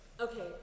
Okay